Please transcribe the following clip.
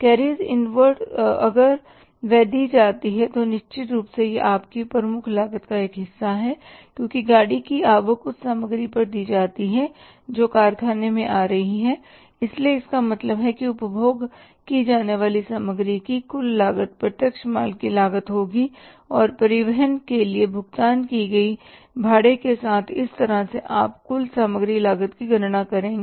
carriage inward अगर वह दी जाती है तो निश्चित रूप से यह आपकी प्रमुख लागत का एक हिस्सा है क्योंकि गाड़ी की आवक उस सामग्री पर दी जाती है जो कारखाने में आ रही है इसलिए इसका मतलब है कि उपभोग की जाने वाली सामग्री की कुल लागत प्रत्यक्ष माल की लागत होगी और परिवहन के लिए भुगतान की गई भाड़े के साथ इस तरह से आप कुल सामग्री लागत की गणना करेंगे